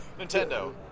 Nintendo